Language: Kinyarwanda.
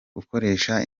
gukoresha